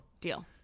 Deal